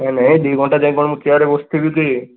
ଏ ନାହିଁ ଦୁଇ ଘଣ୍ଟା ଯାଏଁ କଣ ମୁଁ ଚେୟାରରେ ବସିଥିବି କି